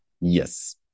yes